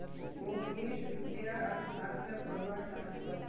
मोहनीश वित्तीय अर्थशास्त्र पढ़वा चाह छ